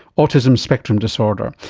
autism spectrum disorder,